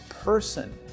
person